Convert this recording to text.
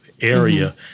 area